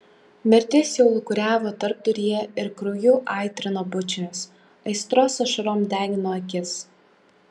mirtis jau lūkuriavo tarpduryje ir krauju aitrino bučinius aistros ašarom degino akis